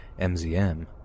Mzm